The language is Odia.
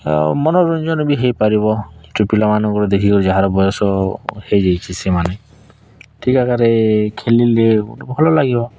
ଆଉ ମନୋରଞ୍ଜନ ବି ହେଇପାରିବ କି ପିଲାମାନଙ୍କର ଦେଖି କରି ଯାହାର ବୟସ ହେଇଯାଇଛି ସେମାନେ ଠିକ ଆକାରରେ ଖେଳିଲେ ଭଲ ଲାଗିବ